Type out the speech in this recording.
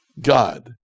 God